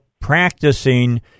practicing